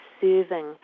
serving